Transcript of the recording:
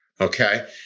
Okay